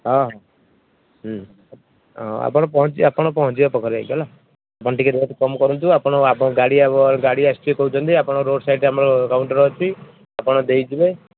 ହଁ ହୁ ହୁଁ ଅଁ ଆପଣ ପହଞ୍ଚି ଆପଣ ପହଞ୍ଚିବେ ପାଖରେ ହେଲା ଆପଣ ଟିକେ କାମ କରନ୍ତୁ ଆପଣ ଆପଣ ଗାଡ଼ି ଆଗ ଗାଡ଼ି ଆସୁଛି କହୁଛନ୍ତି ଆପଣ ରୋଡ଼ ସାଇଡ଼ ଆମର କାଉଣ୍ଟର ଅଛି ଆପଣ ଦେଇଯିବେ